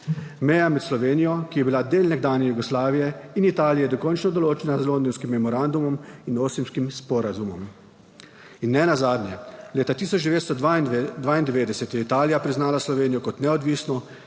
Meja med Slovenijo, ki je bila del nekdanje Jugoslavije in Italije, je dokončno določena z Londonskim memorandumom in Osimskim sporazumom. In ne nazadnje, leta 1992 je Italija priznala Slovenijo kot neodvisno